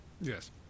Yes